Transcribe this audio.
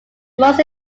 most